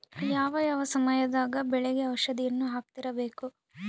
ಯಾವ ಯಾವ ಸಮಯದಾಗ ಬೆಳೆಗೆ ಔಷಧಿಯನ್ನು ಹಾಕ್ತಿರಬೇಕು?